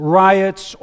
riots